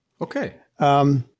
Okay